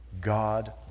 God